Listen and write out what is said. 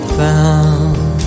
found